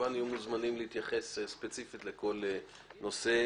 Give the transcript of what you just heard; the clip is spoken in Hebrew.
הם יהיו מוזמנים להתייחס ספציפית לכל נושא,